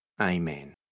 Amen